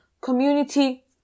Community